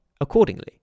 accordingly